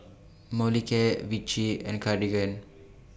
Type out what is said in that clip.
Molicare Vichy and Cartigain